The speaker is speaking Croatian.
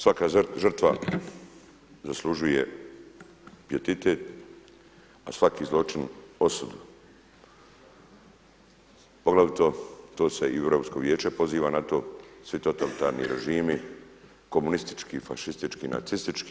Svaka žrtva zaslužuje pijetitet a svaki zločin osudu, poglavito to se Europsko vijeće poziva na to, svi totalitarni režimi, komunistički, fašistički i nacistički.